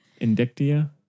Indictia